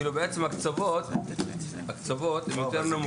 כלומר, בעצם הקצוות יותר נמוכים.